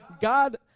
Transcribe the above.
God